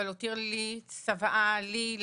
אבל הותיר לי צוואה לי,